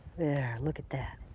there, look at that.